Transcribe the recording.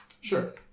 Sure